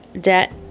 debt